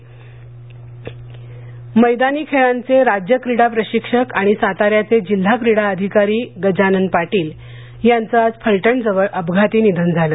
निधन गजानन पाटील मैदानी खेळांचे राज्य क्रीडा प्रशिक्षक आणि साता याचे जिल्हा क्रीडा अधिकारी गजानन पाटील यांचं आज फलटणजवळ अपघाती निधन झालं